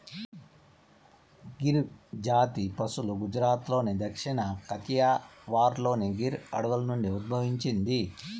గిర్ జాతి పసులు గుజరాత్లోని దక్షిణ కతియావార్లోని గిర్ అడవుల నుండి ఉద్భవించింది